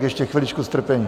Ještě chviličku strpení.